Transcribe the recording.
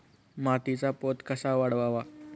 मातीचा पोत कसा वाढवावा?